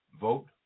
Vote